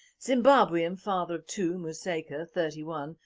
zimbabwean father of two, museka, thirty one,